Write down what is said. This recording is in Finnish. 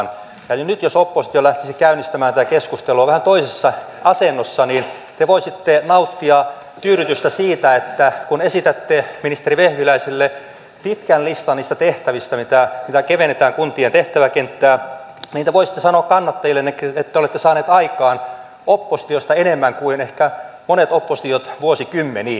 eli nyt jos oppositio lähtisi käynnistämään tätä keskustelua vähän toisessa asennossa te voisitte nauttia tyydytystä siitä että kun esitätte ministeri vehviläiselle pitkän listan niistä tehtävistä mitä kevennetään kuntien tehtäväkentässä niin te voisitte sanoa kannattajillenne että te olette saaneet aikaan oppositiosta enemmän kuin ehkä monet oppositiot vuosikymmeniin